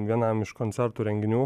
vienam iš koncertų renginių